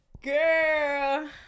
Girl